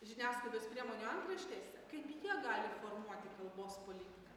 žiniasklaidos priemonių antraštėse kaip jie gali formuoti kalbos politiką